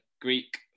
Greek